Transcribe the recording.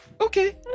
Okay